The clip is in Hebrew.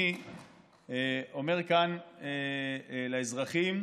אני אומר כאן לאזרחים,